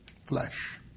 flesh